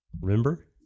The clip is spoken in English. Remember